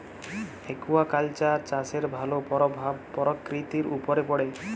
aquaculture চাষের ভালো পরভাব পরকিতির উপরে পড়ে